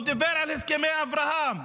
הוא דיבר על הסכמי אברהם.